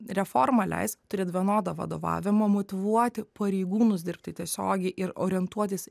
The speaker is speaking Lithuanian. reforma leis turėt vienodą vadovavimą motyvuoti pareigūnus dirbti tiesiogiai ir orientuotis